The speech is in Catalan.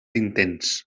intens